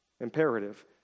Imperative